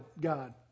God